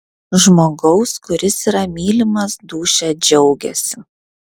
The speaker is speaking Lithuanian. žmogaus kuris yra mylimas dūšia džiaugiasi